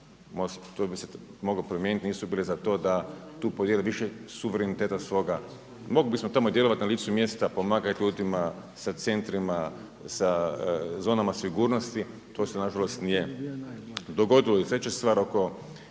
To bi se moglo promijeniti, nisu bile za to da tu podijele više suvereniteta svoga. Mogli bismo tamo djelovati na licu mjesta pomagat ljudima sa centrima, sa zonama sigurnosti. To se na žalost nije dogodilo. I treća stvar oko